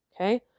Okay